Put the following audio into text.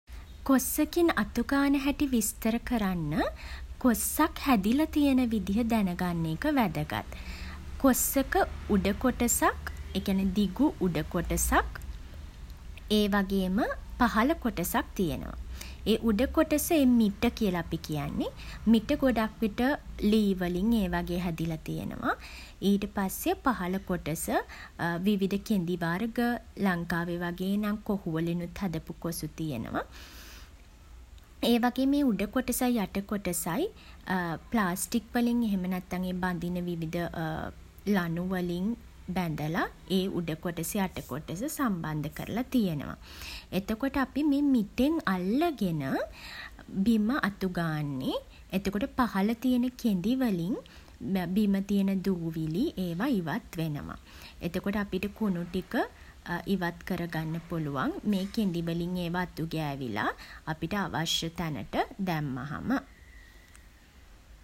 කොස්සකින් අතුගාන හැටි විස්තර කරන්න, කොස්සක් හැදිල තියෙන විදිහ දැනගන්න එක වැදගත්. කොස්සක උඩ කොටසක් ඒ කියන්නේ දිගු උඩ කොටසක්, ඒවගේම පහළ කොටසක් තියෙනවා. ඒ උඩ කොටස ඒ මිට කියලා අපි කියන්නේ. මිට ගොඩක් විට ලී වලින් ඒ වගේ හැදිලා තියෙනවා. ඊට පස්සේ පහළ කොටස විවිධ කෙඳි වර්ග, ලංකාවේ වගේ නම් කොහු වලිනුත් හදපු කොසු තියෙනවා. ඒවගේම ඒ උඩ කොටසයි යට කොටසයි ප්ලාස්ටික් වලින් එහෙම නැත්නම් ඒ බඳින විවිධ ලණු වලින් බැඳලා ඒ උඩ කොටස යට කොටස සම්බන්ධ කරලා තියෙනවා. එතකොට අපි මේ මිටෙන් අල්ලගෙන, බිම අතුගාන්නේ. එතකොට පහළ තියෙන කෙඳි වලින් බිම තියෙන දූවිලි ඒවා ඉවත් වෙනවා. එතකොට අපිට කුණු ටික ඉවත් කරගන්න පුළුවන්. මේ කෙඳි වලින් ඒවා අතු ගෑවිලා අපිට අවශ්‍ය තැනට දැම්මහම.